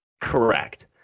Correct